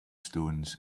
stones